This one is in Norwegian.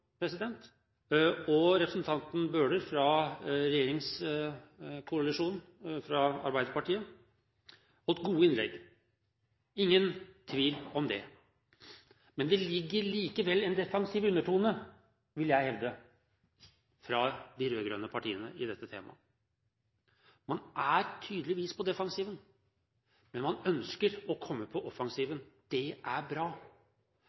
og representanten Bøhler fra regjeringskoalisjonen og fra Arbeiderpartiet holdt gode innlegg – ingen tvil om det. Men det ligger likevel en defensiv undertone – vil jeg hevde – hos de rød-grønne partiene i dette temaet. Man er tydeligvis på defensiven, men man ønsker å komme på offensiven. Det er bra.